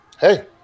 hey